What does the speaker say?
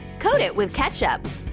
coat it with ketchup.